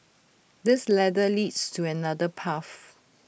this ladder leads to another path